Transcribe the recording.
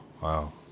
wow